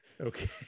Okay